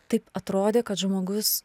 taip atrodė kad žmogus